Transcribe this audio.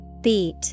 Beat